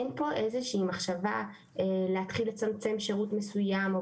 אין פה איזו שהיא מחשבה להתחיל לצמצם שירות מסויים או